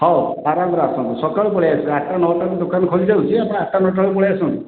ହଉ ଆରାମରେ ଆସନ୍ତୁ ସକାଳୁ ପଳେଇ ଆସିବେ ଆଠ ଟା ନଅ ଟା କୁ ଦୋକାନ ଖୋଲି ଯାଉଛି ଆପଣ ଆଠ ଟା ନଅ ଟା ବେଳକୁ ପଳେଇ ଆସନ୍ତୁ